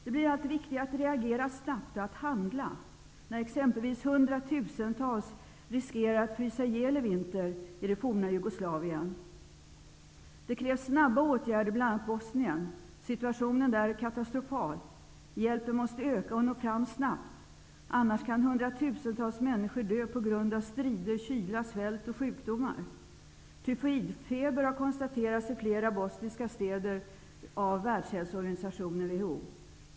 Det blir allt viktigare att reagera snabbt och att handla när exempelvis hundratusentals riskerar att frysa ihjäl i vinter i det forna Jugoslavien. Det krävs snabba åtgärder i bl.a. Bosnien. Situationen där är katastrofal. Hjälpen måste öka och nå fram snabbt, annars kan hundratusentals människor dö på grund av strider, kyla, svält och sjukdomar. Tyfoidfeber har konstaterats i flera bosniska städer av Världshälsoorganisationen, WHO.